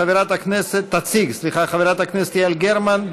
חברת הכנסת יעל גרמן,